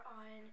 on